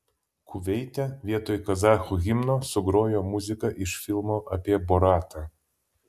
kuveite vietoj kazachų himno sugrojo muziką iš filmo apie boratą